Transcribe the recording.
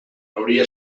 hauria